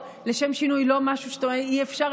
שלשם שינוי זה לא משהו שאתה אומר "אי-אפשר",